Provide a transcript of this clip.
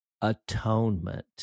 atonement